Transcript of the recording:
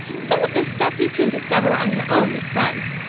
some of this stuff you can discover on your own with friends,